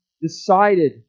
decided